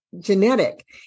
genetic